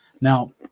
Now